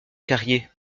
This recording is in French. carrier